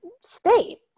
state